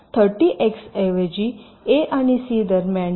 तर 30 एक्सऐवजी ए आणि सी दरम्यान डीले 11 एक्स होईल